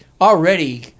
already